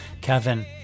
Kevin